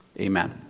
Amen